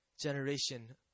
generation